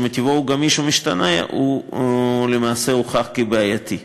שמטבעו הוא גמיש ומשתנה, למעשה הוכח כבעייתי.